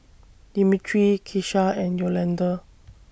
Demetra Kesha and Yolanda